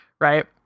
Right